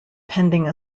pending